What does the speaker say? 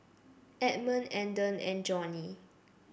Edmund Andon and Joni